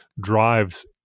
drives